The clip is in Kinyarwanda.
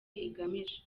igamije